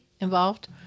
involved